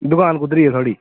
दुकान कुद्धर जेही ऐ तुआढ़ी